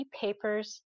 papers